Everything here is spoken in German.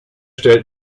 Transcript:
stellt